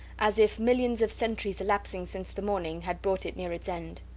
as if millions of centuries elapsing since the morning had brought it near its end.